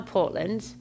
Portland